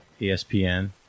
ESPN